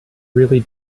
really